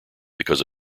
because